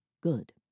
Good